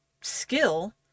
skill